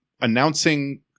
announcing